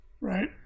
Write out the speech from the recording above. right